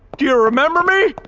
do you remember me?